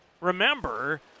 remember